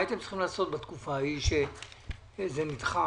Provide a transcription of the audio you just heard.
מה הייתם צריכים לעשות בתקופה ההיא שזה נדחה,